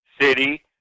city